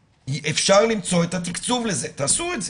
אפשר למצוא את התקצוב לזה, תעשו את זה.